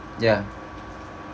ya